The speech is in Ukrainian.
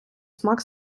смак